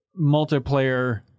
multiplayer